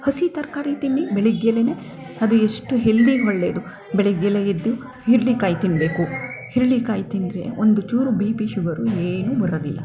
ಹಸಿ ತರಕಾರಿ ತಿನ್ನಿ ಬೆಳಗ್ಗೆಲೇ ಅದು ಎಷ್ಟು ಹೆಲ್ದಿಗೆ ಒಳ್ಳೆಯದು ಬೆಳಗ್ಗೆಲೇ ಎದ್ದು ಹಿರ್ಳಿಕಾಯಿ ತಿನ್ನಬೇಕು ಹಿರ್ಳಿಕಾಯಿ ತಿಂದರೆ ಒಂದು ಚೂರು ಬಿ ಪಿ ಶುಗರು ಏನೂ ಬರೋದಿಲ್ಲ